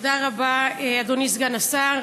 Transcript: תודה רבה, אדוני סגן השר.